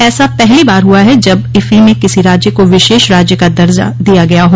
ऐसा पहली बार हुआ है जब इफी में किसी राज्य को विशेष राज्य का दर्जा दिया गया हो